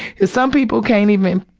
cause some people can't even,